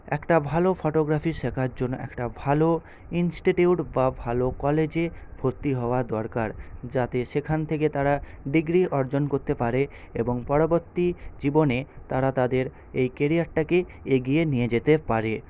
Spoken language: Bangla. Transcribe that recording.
একটা ভালো ফটোগ্রাফি শেখার জন্য একটা ভালো ইনস্টিটিউট বা ভালো কলেজে ভর্তি হওয়া দরকার যাতে সেখান থেকে তারা ডিগ্রি অর্জন করতে পারে এবং পরবর্তী জীবনে তারা তাদের এই কেরিয়ারটাকে এগিয়ে নিয়ে যেতে পারে